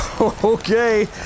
Okay